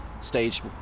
stage